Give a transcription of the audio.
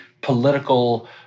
political